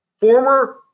former